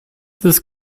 this